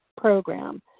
program